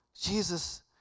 Jesus